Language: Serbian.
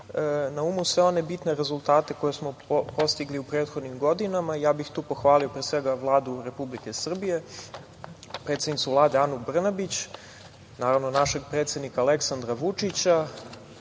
na umu sve one bitne rezultate koje smo postigli u prethodnim godinama. Tu bih pohvalio, pre svega, Vladu Republike Srbije, predsednicu Vlade Anu Brnabić, naravno, našeg predsednika Aleksandra Vučića,